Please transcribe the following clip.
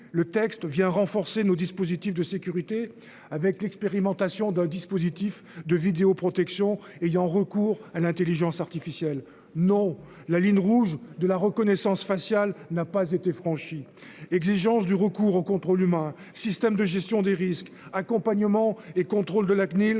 Le texte vient renforcer nos dispositifs de sécurité avec l'expérimentation d'un dispositif de vidéo-protection ayant recours à l'Intelligence artificielle non la ligne rouge de la reconnaissance faciale n'a pas été franchie exigences du recours au contrôle humain, système de gestion des risques, accompagnement et contrôle de la CNIL